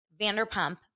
Vanderpump